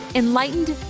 enlightened